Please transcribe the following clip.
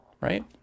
right